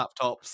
laptops